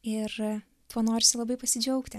ir tuo norisi labai pasidžiaugti